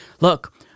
look